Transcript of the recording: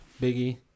Biggie